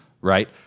right